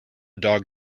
dog